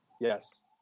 Yes